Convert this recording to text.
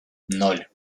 ноль